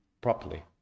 properly